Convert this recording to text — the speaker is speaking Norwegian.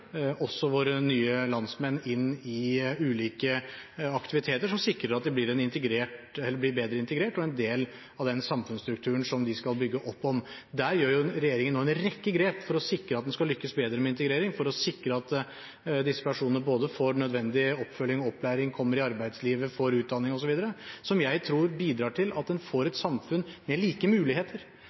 våre nye landsmenn i ulike aktiviteter, som sikrer at de blir bedre integrert og en del av den samfunnsstrukturen som de skal bygge opp. Der tar regjeringen nå en rekke grep for å sikre at en skal lykkes bedre med integrering, for å sikre at disse personene både får nødvendig oppfølging og opplæring, kommer ut i arbeidslivet, får utdanning, osv., som jeg tror bidrar til at en får et samfunn med like muligheter.